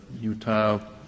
Utah